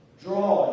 Draw